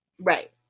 Right